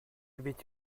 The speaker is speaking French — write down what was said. avait